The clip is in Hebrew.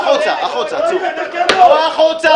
החוצה, החוצה.